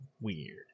weird